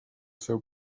seu